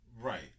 right